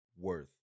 worth